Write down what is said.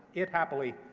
it, happily,